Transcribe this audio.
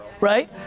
right